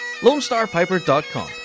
LoneStarPiper.com